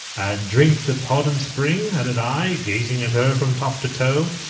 and drink the podhon spring? added i, gazing at her from top to toe.